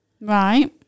Right